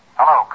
Hello